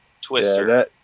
twister